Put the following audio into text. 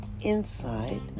inside